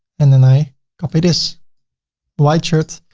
and then i copy this white shirt.